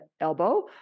elbow